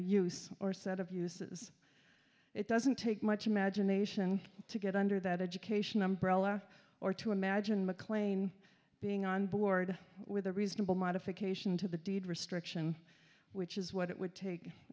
use or set of uses it doesn't take much imagination to get under that education umbrella or to imagine mclean being on board with a reasonable modification to the deed restriction which is what it would take